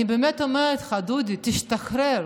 אני באמת אומרת לך, דודי, תשתחרר.